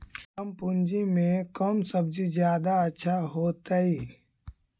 कम पूंजी में कौन सब्ज़ी जादा अच्छा होतई?